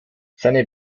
seine